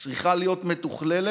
צריכה להיות מתוכללת